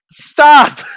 Stop